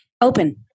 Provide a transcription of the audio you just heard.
open